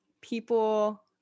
people